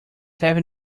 having